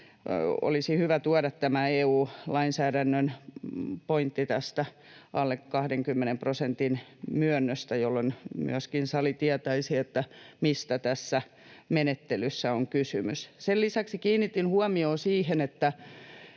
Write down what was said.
olisi hyvä tuoda tämä EU-lainsäädännön pointti tästä alle 20 prosentin myönnöstä, jolloin myöskin sali tietäisi, mistä tässä menettelyssä on kysymys. Sen lisäksi kiinnitin huomiota siihen, että